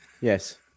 yes